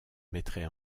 mettrait